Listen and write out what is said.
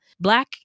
black